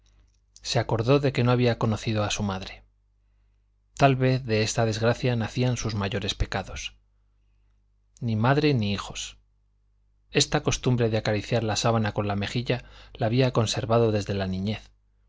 se acordó de que no había conocido a su madre tal vez de esta desgracia nacían sus mayores pecados ni madre ni hijos esta costumbre de acariciar la sábana con la mejilla la había conservado desde la niñez